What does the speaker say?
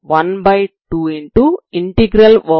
కాబట్టి dEdt122w